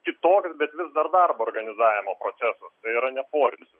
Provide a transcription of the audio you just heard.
kitoks bet vis dar darbo organizavimo procesas yra ne poilsis